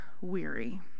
weary